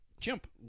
chimp